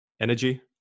energy